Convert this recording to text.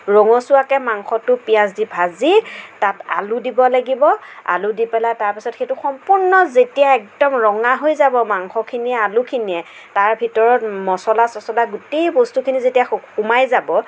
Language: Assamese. ৰঙচুৱাকৈ মাংসটো পিঁয়াজ দি ভাজি তাত আলু দিব লাগিব আলু দি পেলাই তাৰ পিছত সেইটো সম্পূৰ্ণ যেতিয়া একদম ৰঙা হৈ যাব মাংসখিনিয়ে আলুখিনিয়ে তাৰ ভিতৰত মছলা চছলা গোটেই বস্তুখিনি যেতিয়া সো সোমাই যাব